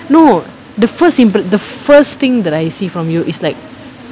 no the first impress the first thing that I see from you is like